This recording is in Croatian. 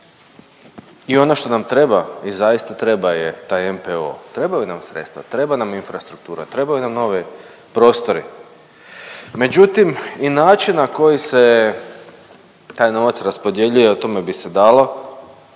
I ono što nam treba i zaista treba je taj NPOO, trebaju nam sredstva, treba nam infrastruktura, trebaju nam novi prostori. Međutim i način na koji se taj novac raspodjeljuje o tome bi se dalo